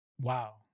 Wow